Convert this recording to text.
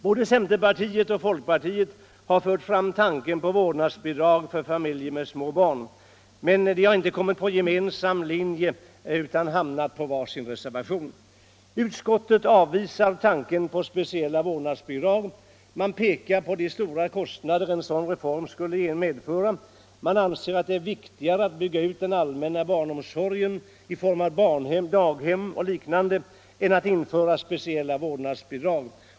Både centerpartiet och folkpartiet har fört fram tanken på ett vårdnadsbidrag till familjer med små barn. Men har inte funnit någon gemensam linje. De har hamnat på var sin reservation. Utskottet avvisar tanken på speciella vårdnadsbidrag och pekar på de stora kostnader en sådan reform skulle medföra. Utskottet anser att det är viktigare att bygga ut den allmänna barnomsorgen i form av barnhem, daghem och liknande än att införa speciella vårdnadsbidrag.